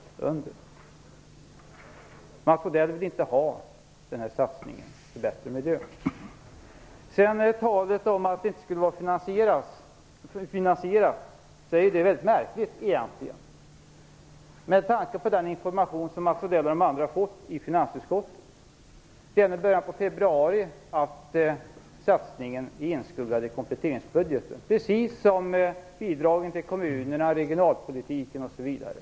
Mats Odell vill inte att man skall göra denna satsning på en bättre miljö. Sedan talades det om att det hela inte skulle vara finansierat. Det är egentligen rätt märkligt med tanke på den information som Mats Odell och andra har fått i finansutskottet. Redan i början av februari var satsningen inskuggad i kompletteringsbudgeten precis som bidragen till kommunerna, satsningen på regionalpolitiken osv.